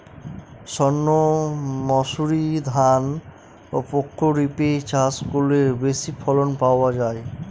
সর্ণমাসুরি ধান প্রক্ষরিপে চাষ করলে বেশি ফলন পাওয়া যায়?